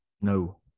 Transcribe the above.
No